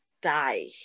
die